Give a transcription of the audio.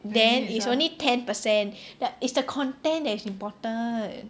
then it's only ten per cent the it's the content that is important